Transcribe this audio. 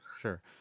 sure